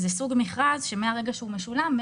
זה סוג מכרז שמהרגע שהוא משולם,